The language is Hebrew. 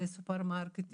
זה סופרמרקט,